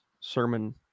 sermon